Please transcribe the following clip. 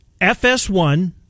FS1